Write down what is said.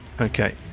Okay